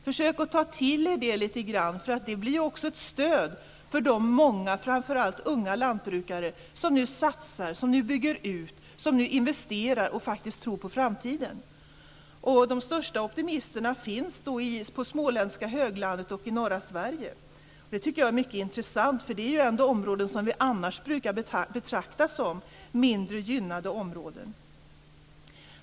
Försök att ta till er det lite grann, för det blir också ett stöd för de många framför allt unga lantbrukare som nu satsar, som nu bygger ut och som nu investerar och faktiskt tror på framtiden. De största optimisterna finns på småländska höglandet och i norra Sverige. Det tycker jag är mycket intressant, för det är ändå områden som vi annars brukar betrakta som mindre gynnade områden.